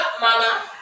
mama